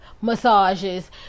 massages